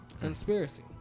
Conspiracy